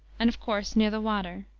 and, of course, near the water.